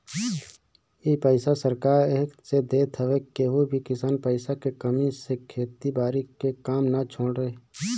इ पईसा सरकार एह से देत हवे की केहू भी किसान पईसा के कमी से खेती बारी के काम ना छोड़े